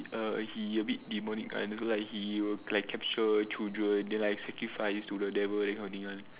err he a bit demonic [one] and he also like he will like capture children then like sacrifice to the devil that kind of thing [one]